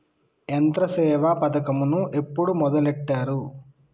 యంత్రసేవ పథకమును ఎప్పుడు మొదలెట్టారు?